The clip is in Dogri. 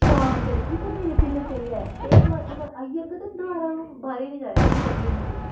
शाम डलगी ते मेरे दिलै बिच्च आई जाएआं ते इक बार आई जाह्गा तां दबारा बाह्रै नी जाएआं छड्डियै मिगी